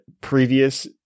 previous